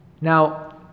Now